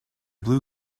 blue